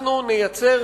אנחנו נייצר,